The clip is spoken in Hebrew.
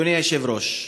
אדוני היושב-ראש,